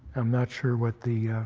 i'm not sure what the